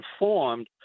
informed